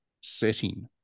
setting